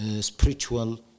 spiritual